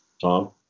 Tom